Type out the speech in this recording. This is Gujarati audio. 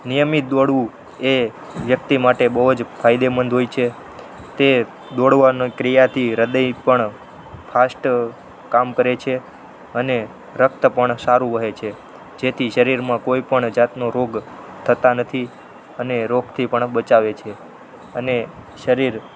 નિયમિત દોડવું એ વ્યક્તિ માટે બહુ જ ફાયદેમંદ હોય છે તે દોડવાની ક્રિયાથી હૃદય પણ ફાસ્ટ કામ કરે છે અને રક્ત પણ સારું વહે છે જેથી શરીરમાં કોઈ પણ જાતનો રોગ થતાં નથી અને રોગથી પણ બચાવે છે અને શરીર